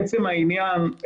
לעצם העניין,